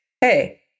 hey